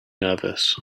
nervous